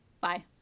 Bye